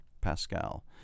Pascal